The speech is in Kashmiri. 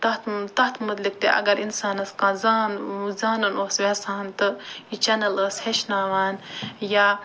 تتھ تتھ متعلق تہِ اگر اِنسانس کانٛہہ زان زانُن اوس یَژھان تہٕ یہِ چنل ٲس ہیٚچھناوان یا